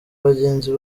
bagenzi